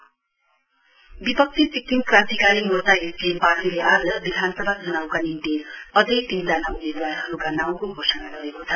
SKM विपक्षी Sikkim Krantikari Morcha SKM पार्टीले आज विधानसभा चुनाउका निम्ति अझै तीनजना उम्मेदवारहरुको घोषणा गरेको छ